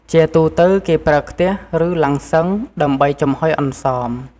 ជាទូទៅគេប្រើខ្ទះ ឬឡាំងសុឹងដើម្បីចំហុយអន្សម។